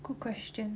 good question